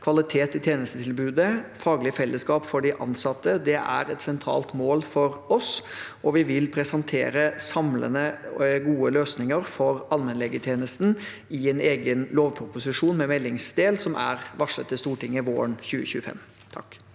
kvalitet i tjenestetilbudet og faglig fellesskap for de ansatte. Det er et sentralt mål for oss, og vi vil presentere samlende og gode løsninger for allmennlegetjenesten i en egen lovproposisjon med meldingsdel, som er varslet til Stortinget våren 2025.